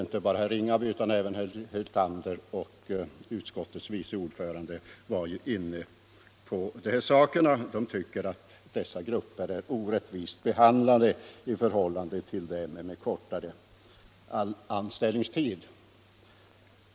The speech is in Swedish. Även herr Hyltander och utskottets vice ordförande har varit inne på den frågan och framhållit att nämnda grupper är orättvist behandlade i förhållande till människor med kortare anställningstid.